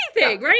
right